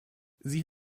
sie